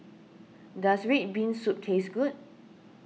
does Red Bean Soup taste good